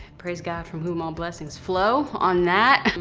praise god from whom all blessings flow on that.